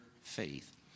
faith